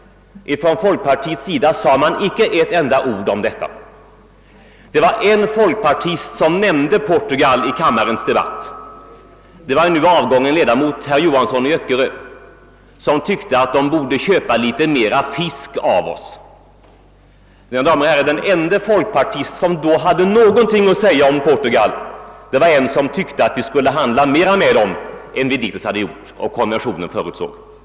Ifrån folkpartiets sida sade man inte ett ord om detta. Det var en enda folkpartist som nämnde Portugal i kammarens debatt, nämligen den nu avgångne ledamoten herr Johansson i Öckerö, som tyckte att portugiserna borde köpa litet mera fisk av oss. Den ende folkpartist som då hade något att säga om Portugal var alltså en som tyckte att vi skulle handla mer med Portugal än vi dittills hade gjort och än vad som förutsattes i konventionen.